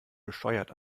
bescheuert